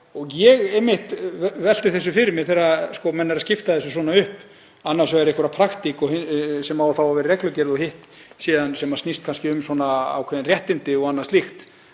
og ég velti því fyrir mér, þegar menn eru að skipta þessu svona upp, annars vegar einhverja praktík sem á að þá að vera í reglugerð og hitt síðan sem snýst kannski um ákveðin réttindi og annað slíkt,